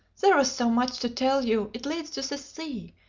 there was so much to tell you! it leads to the sea.